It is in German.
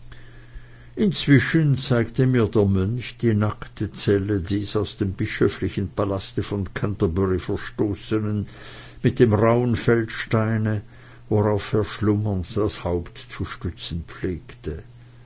inzwischen zeigte mir der mönch die nackte zelle des aus dem bischöflichen palaste von canterbury verstoßenen mit dem rauhen feldsteine worauf er schlummernd das haupt zu stützen pflegte